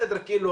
כאילו,